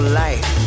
life